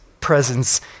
presence